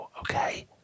okay